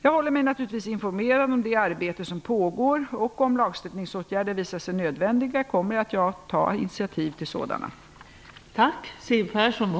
Jag håller mig naturligtvis informerad om det arbete som pågår, och om lagstiftningsåtgärder visar sig nödvändiga kommer jag att ta initiativ till sådana.